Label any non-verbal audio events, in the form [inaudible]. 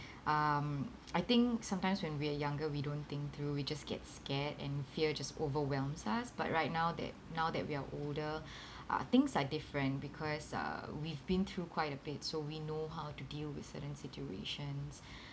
um I think sometimes when we're younger we don't think through we just get scared and fear just overwhelms us but right now that now that we're older [breath] uh things are different because uh we've been through quite a bit so we know how to deal with certain situations [breath]